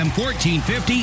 1450